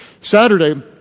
Saturday